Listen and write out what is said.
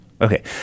Okay